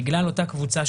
בגלל אותה קבוצה,